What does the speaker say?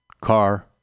car